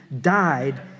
died